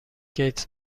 گیتس